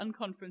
Unconference